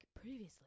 previously